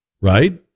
right